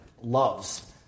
loves